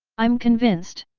i'm convinced!